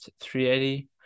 380